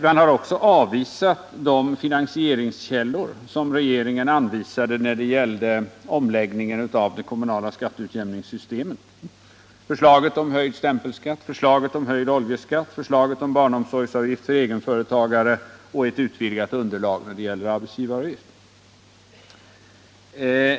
Man har också avvisat de finansieringskällor som regeringen anvisade när det gällde omläggning av det kommunala skatteutjämningssystemet: förslaget om höjd stämpelskatt, förslaget om höjd oljeskatt, förslaget om barnomsorgsavgift för egenföretagare och ett utvidgat underlag i fråga om arbetsgivaravgiften.